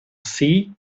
sea